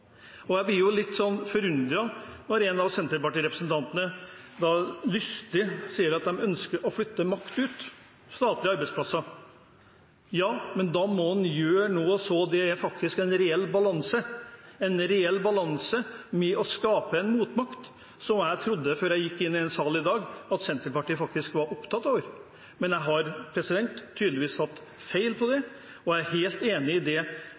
for. Jeg blir også litt forundret når en av Senterparti-representantene lystig sier at de ønsker å flytte makt ut, i form av statlige arbeidsplasser. Ja, men da må man gjøre noe så det faktisk blir en reell balanse, ved å skape en motmakt – som jeg, da jeg gikk inn i denne salen i dag, trodde at Senterpartiet faktisk var opptatt av. Men der har jeg tydeligvis tatt feil, og jeg er helt enig i det